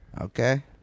Okay